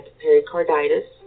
pericarditis